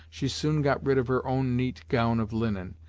she soon got rid of her own neat gown of linen,